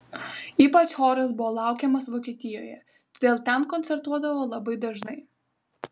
ypač choras buvo laukiamas vokietijoje todėl ten koncertuodavo labai dažnai